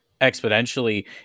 exponentially